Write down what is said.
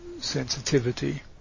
sensitivity